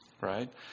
right